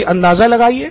कोई अंदाज़ा लगाइए